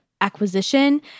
acquisition